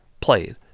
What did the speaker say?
played